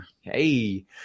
hey